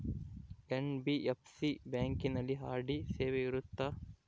NBFC ಬ್ಯಾಂಕಿನಲ್ಲಿ RD ಸೇವೆ ಇರುತ್ತಾ?